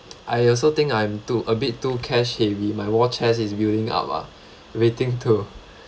I also think I'm too a bit too cash heavy my war chest is building up ah waiting to